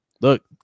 look